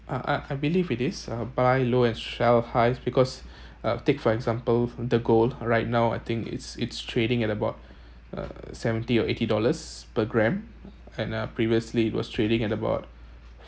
I I I believe it is uh buy low and shell highs because uh take for example the gold right now I think it's it's trading at about uh seventy or eighty dollars per gram and uh previously it was trading at about